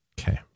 Okay